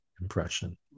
impression